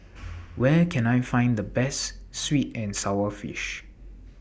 Where Can I Find The Best Sweet and Sour Fish